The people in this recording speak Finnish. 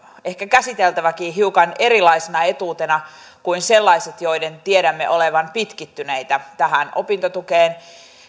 ehkä käsiteltäväkin hiukan erilaisena etuutena kuin sellaisia joiden tiedämme olevan pitkittyneitä tähän opintotukeen